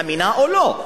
אמינה או לא?